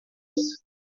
essa